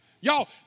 Y'all